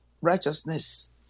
righteousness